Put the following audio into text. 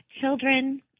children